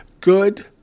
Good